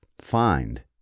find